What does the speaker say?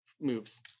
moves